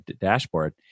dashboard